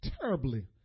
terribly